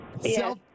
Yes